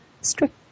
strict